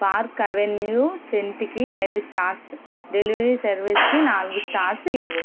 park Avenue scent కి ఐదు stars delivery service కి నాలుగు స్టార్స్ ఇవ్వు